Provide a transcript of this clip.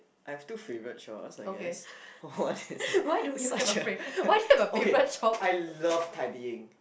I have two favourite chores I guess such a okay I love tidying